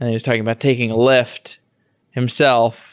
and was talking about taking a lyft himself.